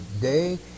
day